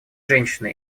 женщины